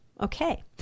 Okay